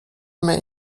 may